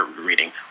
reading